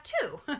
two